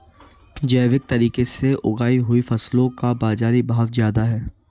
जैविक तरीके से उगाई हुई फसलों का बाज़ारी भाव ज़्यादा है